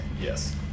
Yes